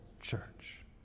church